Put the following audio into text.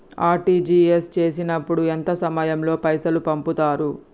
RTGS చేసినప్పుడు ఎంత సమయం లో పైసలు పంపుతరు?